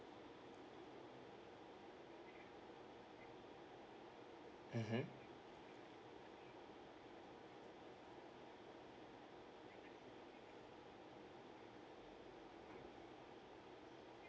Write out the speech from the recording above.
mmhmm